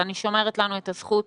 אני שומרת לנו את הזכות